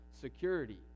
security